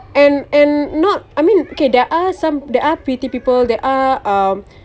and and not I mean okay there are some there are pretty people that are um